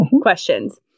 questions